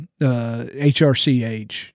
HRCH